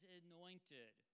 anointed